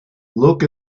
look